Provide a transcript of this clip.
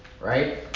Right